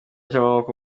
cy’amoko